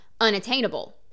unattainable